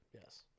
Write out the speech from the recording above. Yes